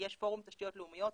יש פורום תשתיות לאומיות,